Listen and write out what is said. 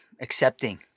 accepting